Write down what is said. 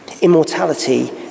Immortality